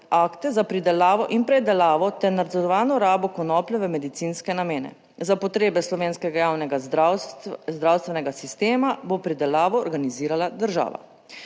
Akte za pridelavo in predelavo ter nadzorovano rabo konoplje v medicinske namene. Za potrebe slovenskega javnega zdravstvenega sistema bo pridelavo organizirala država.